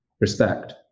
respect